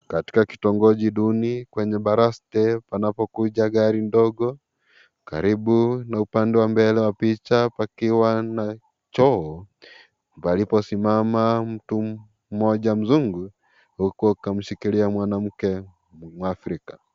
Katika kitongoji duni kwenye baraste panapokuja gari ndogo, karibu na upande wa mbele wa picha pakiwa na choo, palipo simama mtu mmoja mzungu, huku akamshikilia mwanamke, mwafrika.